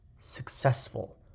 successful